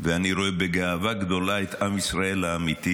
ואני רואה בגאווה גדולה את עם ישראל האמיתי,